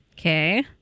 Okay